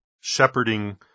shepherding